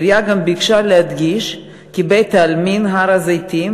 העירייה גם ביקשה להדגיש כי בית-העלמין הר-הזיתים